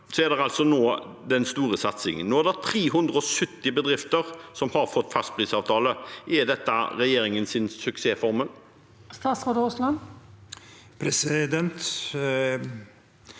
på strøm er nå den store satsingen. Nå er det 370 bedrifter som har fått fastprisavtale. Er dette regjeringens suksessformel? Statsråd Terje Aasland